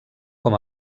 com